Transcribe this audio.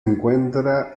encuentra